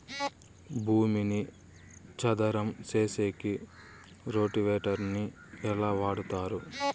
భూమిని చదరం సేసేకి రోటివేటర్ ని ఎట్లా వాడుతారు?